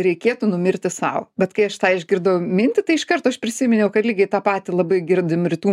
reikėtų numirti sau bet kai aš tą išgirdau mintį tai iš karto aš prisiminiau kad lygiai tą patį labai girdim ir rytų